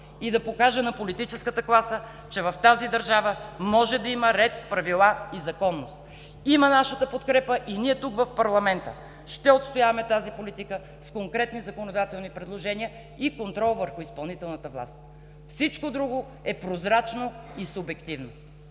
и да покаже на политическата класа, че в тази държава може да има ред, правила и законност! Има нашата подкрепа и ние тук, в парламента, ще отстояваме тази политика с конкретни законодателни предложения и контрол върху изпълнителната власт. Всичко друго е прозрачно и субективно!